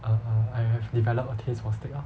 err err I have developed a taste for steak lor